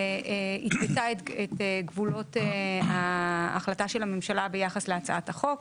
שהתוותה את גבולות ההחלטה של הממשלה ביחס להצעת החוק.